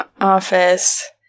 office